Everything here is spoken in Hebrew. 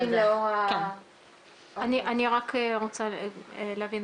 אני רק רוצה להבין משהו.